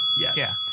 Yes